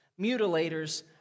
mutilators